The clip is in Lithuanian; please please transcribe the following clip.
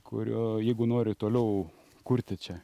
kurio jeigu nori toliau kurti čia